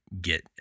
get